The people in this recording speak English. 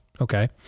Okay